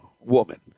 woman